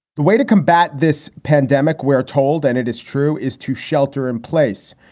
the way to combat this pandemic we're told, and it is true, is to shelter in place.